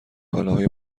کالاهای